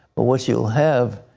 but what you have,